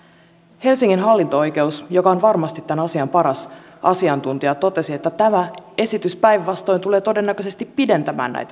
helsingin hallinto oikeus joka on varmasti tämän asian paras asiantuntija totesi että tämä esitys päinvastoin tulee todennäköisesti pidentämään näitä prosesseja